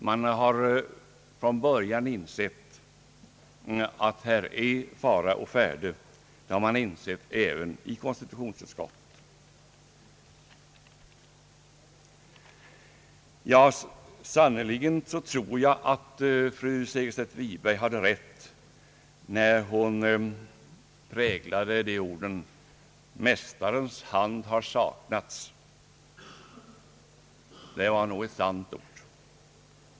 Man har från början insett att här är fara å färde. Sannerligen tror jag att fru Segerstedt Wiberg hade rätt när hon präglade orden: »Mästarens hand har saknats.» Det var ett sant ord!